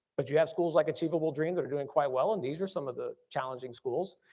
but you have schools like achievable dream that are doing quite well, and these are some of the challenging schools.